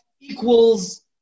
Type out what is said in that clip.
equals